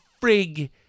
frig